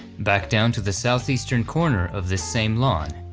back down to the southeastern corner of this same lawn,